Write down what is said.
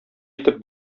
итеп